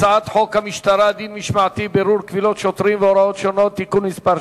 הצעת החוק תועבר לוועדת הפנים והגנת הסביבה